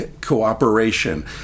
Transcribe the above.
cooperation